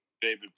David